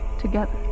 together